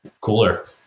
cooler